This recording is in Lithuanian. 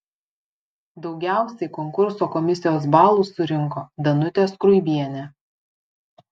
daugiausiai konkurso komisijos balų surinko danutė skruibienė